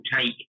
take